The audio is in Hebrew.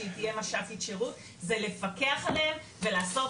שהיא תהיה מש"קית שירות ולפקח עליהם ולעשות